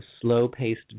slow-paced